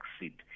succeed